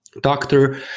doctor